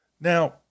Now